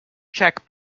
cheque